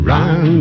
Run